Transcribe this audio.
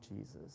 Jesus